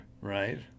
Right